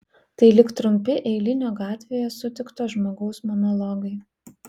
tai lyg trumpi eilinio gatvėje sutikto žmogaus monologai